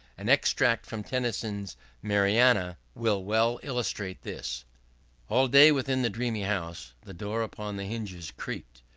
an extract from tennyson's mariana will well illustrate this all day within the dreamy house, the door upon the hinges creaked,